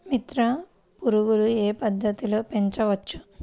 మిత్ర పురుగులు ఏ పద్దతిలో పెంచవచ్చు?